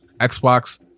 Xbox